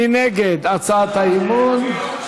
מי נגד הצעת האי-אמון?